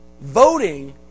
Voting